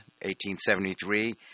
1873